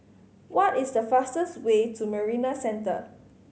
what is the fastest way to Marina Centre